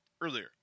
earlier